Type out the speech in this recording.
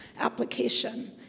application